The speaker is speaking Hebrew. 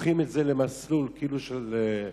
הופכים את זה למסלול כאילו של,